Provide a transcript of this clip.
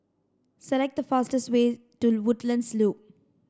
select the fastest way to Woodlands Loop